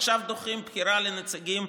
עכשיו דוחים בחירה של נציגים